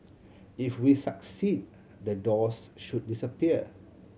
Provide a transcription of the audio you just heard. if we succeed the doors should disappear